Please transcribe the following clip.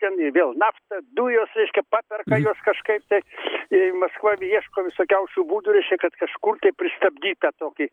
ten ir vėl nafta dujos reiškia paperka juos kažkaip tai maskva ieško visokiausių būdų reiškia kad kažkur tai pristabdyt tą tokį